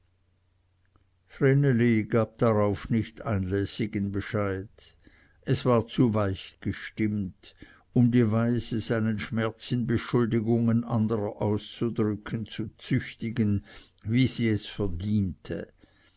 vreneli gab darauf nicht einlässigen bescheid es war zu weich gestimmt um die weise seinen schmerz in beschuldigungen anderer auszudrücken zu züchtigen wie sie es verdiente